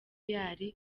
real